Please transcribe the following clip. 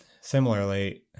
similarly